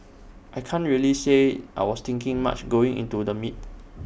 I can't really say I was thinking much going into the meet